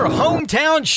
hometown